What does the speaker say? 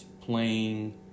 playing